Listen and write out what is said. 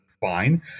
fine